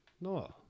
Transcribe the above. no